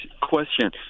question